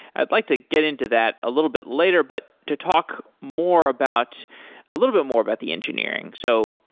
i'd like to get into that a little bit later, but to talk more about a little bit more about the engineering. so